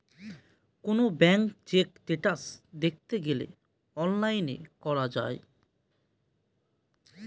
কোনো bank check status দেখতে গেলে অনলাইনে করা যায়